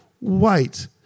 wait